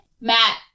Matt